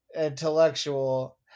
intellectual